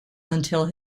until